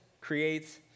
creates